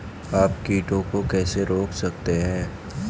आप कीटों को कैसे रोक सकते हैं?